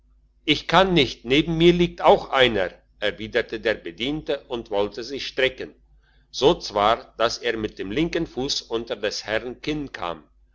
ich kann nicht neben mir liegt auch einer erwiderte der bediente und wollte sich strecken so zwar dass er mit dem linken fuss unter des herrn kinn kam